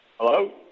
hello